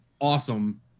awesome